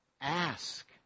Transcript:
Ask